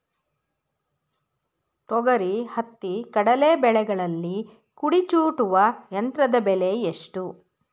ತೊಗರಿ, ಹತ್ತಿ, ಕಡಲೆ ಬೆಳೆಗಳಲ್ಲಿ ಕುಡಿ ಚೂಟುವ ಯಂತ್ರದ ಬೆಲೆ ಎಷ್ಟು?